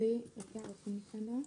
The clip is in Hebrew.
אבל לא בגלל זה אני מניח שאתם לא תצביעו.